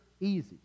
easy